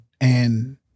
And-